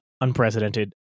unprecedented